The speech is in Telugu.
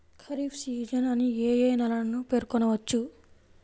ఖరీఫ్ సీజన్ అని ఏ ఏ నెలలను పేర్కొనవచ్చు?